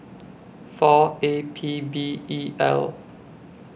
four A P B E L